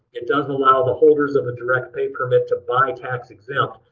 it does allow the holders of a direct pay permit to buy tax exempt,